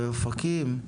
באופקים?